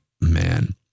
man